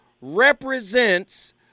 represents